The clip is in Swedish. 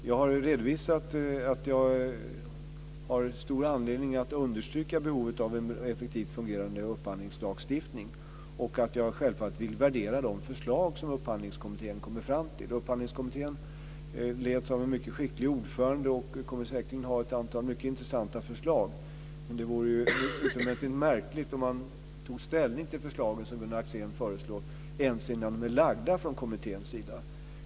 Jag har redovisat att jag har stor anledning att understryka behovet av en effektivt fungerande upphandlingslagstiftning och att jag självklart vill utvärdera de förslag som Upphandlingskommittén kommer fram till. Upphandlingskommittén leds av en mycket skicklig ordförande och kommer säkerligen att ha ett antal mycket intressanta förslag. Det vore utomordentligt märkligt om man tog ställning till förslagen, som Gunnar Axén föreslår, innan de ens är lagda från kommitténs sida.